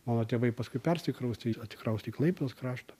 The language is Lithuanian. mano tėvai paskui persikraustė atsikraustė į klaipėdos kraštą